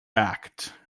act